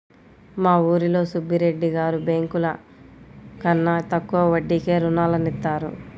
మా ఊరిలో సుబ్బిరెడ్డి గారు బ్యేంకుల కన్నా తక్కువ వడ్డీకే రుణాలనిత్తారు